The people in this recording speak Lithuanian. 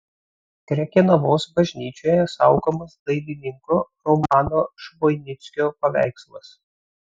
krekenavos bažnyčioje saugomas dailininko romano švoinickio paveikslas